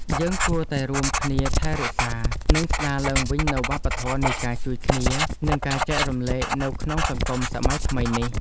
យើងគួរតែរួមគ្នាថែរក្សា និងស្ដារឡើងវិញនូវវប្បធម៌នៃការជួយគ្នា និងការចែករំលែកនៅក្នុងសង្គមសម័យថ្មីនេះ។